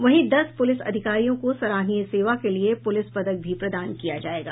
वहीं दस प्रलिस अधिकारियों को सराहनीय सेवा के लिए पुलिस पदक भी प्रदान किया जायेगा